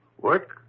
Work